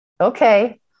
okay